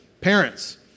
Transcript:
parents